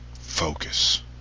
Focus